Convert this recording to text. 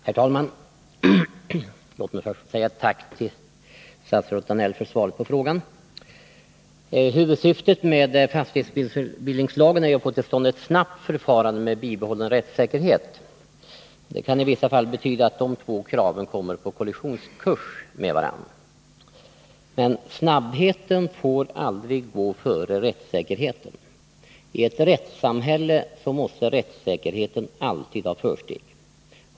Herr talman! Låt mig först säga tack till statsrådet Danell för svaret på frågan. Huvudsyftet med fastighetsbildningslagen är att få till stånd ett snabbt förfarande med bibehållen rättssäkerhet. Det kan i vissa fall betyda att de två kraven kommer på kollisionskurs med varandra. Men snabbheten får aldrig gå före rättssäkerheten. I ett rättssamhälle måste rättssäkerheten alltid ha försteg.